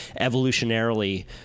evolutionarily